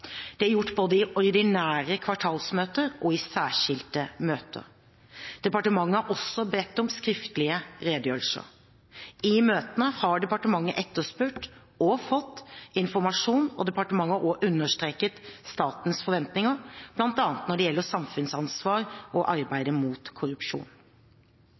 Det er gjort både i ordinære kvartalsmøter og i særskilte møter. Departementet har også bedt om skriftlige redegjørelser. I møtene har departementet etterspurt og fått informasjon, og departementet har også understreket statens forventninger, bl.a. når det gjelder samfunnsansvar og arbeidet mot korrupsjon.